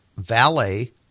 valet